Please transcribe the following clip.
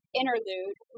interlude